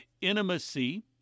intimacy